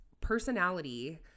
personality